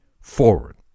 forward